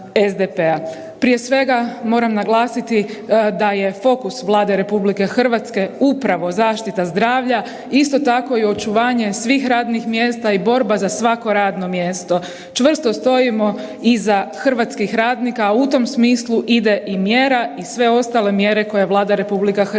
Prije svega moram naglasiti da je fokus Vlade RH upravo zaštita zdravlja, isto tako očuvanje svih radnih mjesta i borba za svako radno mjesto. Čvrsto stojimo iza hrvatskih radnika, a u tom smislu ide i mjera i sve ostale mjere koje je Vlada RH donijela.